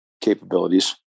capabilities